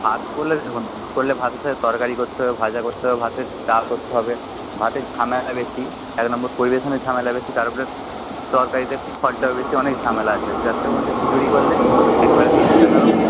ভাত করলে দেখুন ভাত করলে ভাতের সঙ্গে তরকারি করতে হবে ভাজা করতে হবে ভাতের ডাল করতে হবে ভাতের ঝামেলা বেশি এক নম্বর পরিবেশনের ঝামেলা বেশি তার ওপরে তরকারিতে খরচাও বেশি অনেক ঝামেলা আছে তার থেকে বরঞ্চ খিচুড়ি করলে একবারে দিয়ে চলে গেল